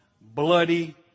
bloody